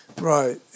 Right